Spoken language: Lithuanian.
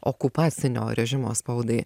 okupacinio rėžimo spaudai